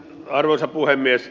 arvoisa puhemies